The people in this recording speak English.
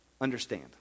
understand